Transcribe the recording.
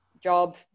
job